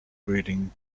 breeding